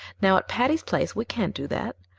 now, at patty's place we can't do that.